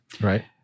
Right